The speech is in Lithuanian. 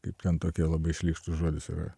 kaip ten tokie labai šlykštus žodis yra